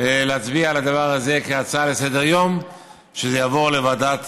להצביע על הדבר הזה כהצעה לסדר-היום ושזה יעבור לוועדת